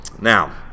Now